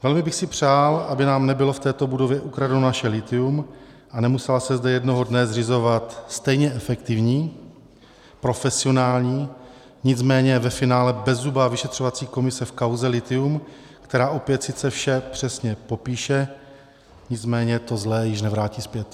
Velmi bych si přál, aby nám nebylo v této budově ukradeno naše lithium a nemusela se zde jednoho dne zřizovat stejně efektivní, profesionální, nicméně ve finále bezzubá vyšetřovací komise v kauze lithium, která opět sice vše přesně popíše, nicméně to zlé již nevrátí zpět.